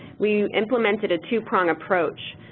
we implemented a two-prong approach.